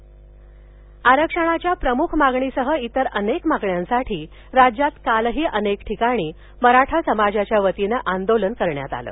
मराठा मोर्चा आरक्षणाच्या प्रमुख मागणीसह इतर अनेक मागण्यांसाठी राज्यात कालही अनेक ठिकाणी मराठा समाजाच्या वतीनं आंदोलनं करण्यात आली